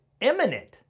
imminent